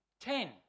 Ten